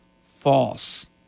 false